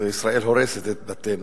זה ישראל הורסת את בתינו.